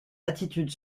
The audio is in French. attitude